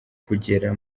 kugera